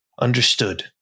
Understood